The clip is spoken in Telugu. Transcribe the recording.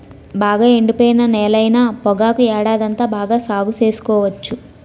బాగా ఎండిపోయిన నేలైన పొగాకు ఏడాదంతా బాగా సాగు సేసుకోవచ్చు